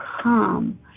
come